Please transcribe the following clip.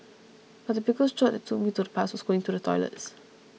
but the biggest jolt that took me to the past was going to the toilets